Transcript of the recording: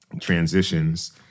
Transitions